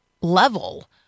level